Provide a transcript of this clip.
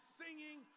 singing